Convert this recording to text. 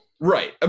right